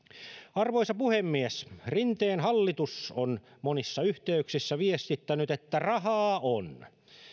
arvoisa puhemies rinteen hallitus on monissa yhteyksissä viestittänyt että rahaa on